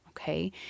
okay